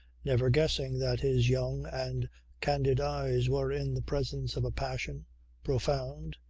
never guessing that his young and candid eyes were in the presence of a passion profound,